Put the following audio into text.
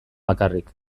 bakarrik